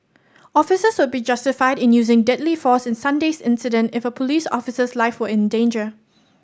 officers would be justified in using deadly force in Sunday's incident if a police officer's life were in danger